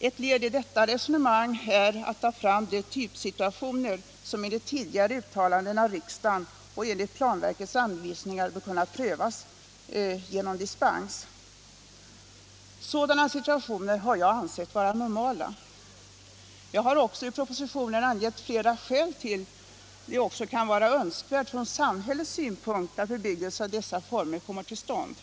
Ett led i detta resonemang är att ta fram de typsituationer som enligt — lagen, m.m. tidigare uttalanden av riksdagen och enligt planverkets anvisningar bör kunna prövas genom dispens. Sådana situationer har jag ansett vara normala. Jag har också i propositionen angett flera skäl till att jag ansåg att det kan vara önskvärt från samhällets synpunkt att bebyggelse i dessa former kommer till stånd.